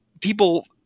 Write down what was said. people